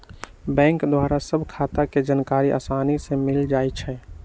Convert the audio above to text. bank द्वारा सभ खता के जानकारी असानी से मिल जाइ छइ